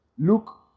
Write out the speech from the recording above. look